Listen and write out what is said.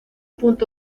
punto